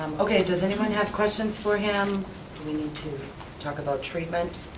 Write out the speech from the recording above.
does anyone have questions for him? do we need to talk about treatment?